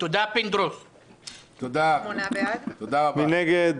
מי נגד?